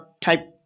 type